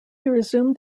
resumed